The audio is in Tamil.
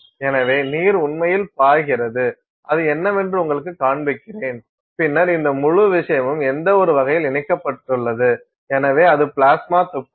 எனவே நீர் உண்மையில் பாய்கிறது அது என்னவென்று உங்களுக்குக் காண்பிக்கிறேன் பின்னர் இந்த முழு விஷயமும் ஏதோவொரு வகையில் இணைக்கப்பட்டுள்ளது எனவே அது பிளாஸ்மா துப்பாக்கி